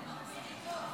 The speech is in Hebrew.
גם לרשותך עשר דקות.